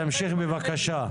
תמשיך בבקשה.